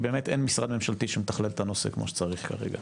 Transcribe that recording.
כי באמת אין משרד ממשלתי שמתכלל את הנושא כמו שצריך כרגע,